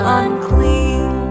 unclean